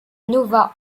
nova